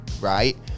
right